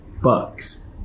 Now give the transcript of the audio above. bucks